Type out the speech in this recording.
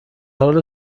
حال